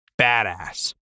badass